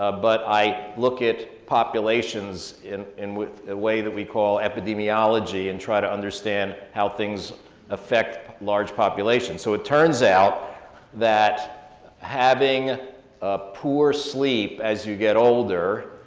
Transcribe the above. ah but i look at populations in in ah way that we call epidemiology and try to understand how things affect large populations. so it turns out that having ah poor sleep as you get older,